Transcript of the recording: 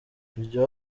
iryo